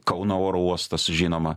kauno oro uostas žinoma